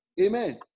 Amen